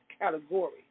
category